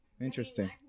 interesting